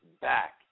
back